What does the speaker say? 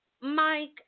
Mike